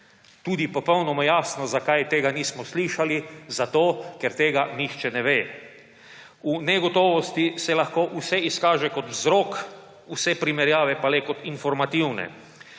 Tudi popolnoma jasno, zakaj tega nismo slišali – zato ker tega nihče ne ve. V negotovosti se lahko vse izkaže kot vzrok, vse primerjave pa le kot informativne.